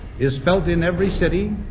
is felt in every city,